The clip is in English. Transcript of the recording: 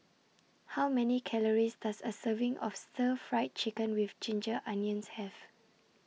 How Many Calories Does A Serving of Stir Fried Chicken with Ginger Onions Have